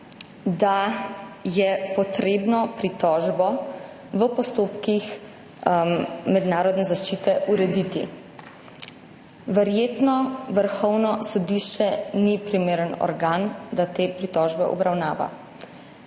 da je potrebno pritožbo v postopkih mednarodne zaščite urediti. Verjetno Vrhovno sodišče ni primeren organ, da te pritožbe obravnava.